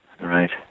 Right